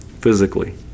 physically